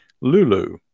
Lulu